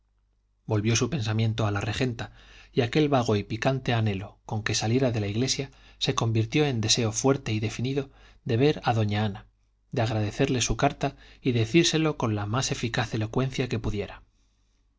volvió su pensamiento a la regenta y aquel vago y picante anhelo con que saliera de la iglesia se convirtió en deseo fuerte y definido de ver a doña ana de agradecerle su carta y decírselo con la más eficaz elocuencia que pudiera